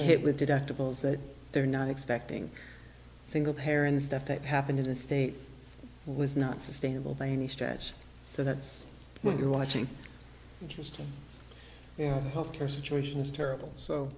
hit with deductibles that they're not expecting single parents stuff that happened in state was not sustainable by any stretch so that's what you're watching interesting health care situation is terrible